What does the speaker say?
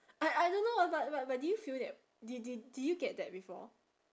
I I don't know ah but but but did you feel that did did did you get that before